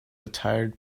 attired